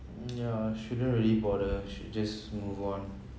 ya shouldn't really bother should just move on